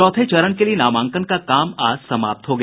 चौथे चरण के लिए नामांकन का काम आज समाप्त हो गया